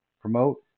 promote